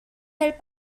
del